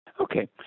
Okay